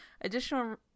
Additional